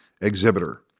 exhibitor